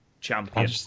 champion